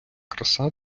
краса